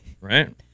Right